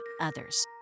others